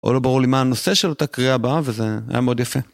או לא ברור לי מה הנושא של אותה קריאה הבאה, וזה היה מאוד יפה.